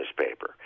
newspaper